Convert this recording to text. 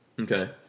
Okay